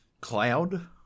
Cloud